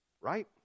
right